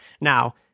Now